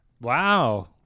Wow